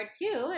two